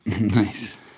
Nice